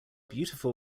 beautiful